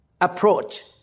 Approach